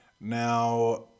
Now